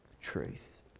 truth